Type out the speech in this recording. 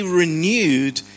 renewed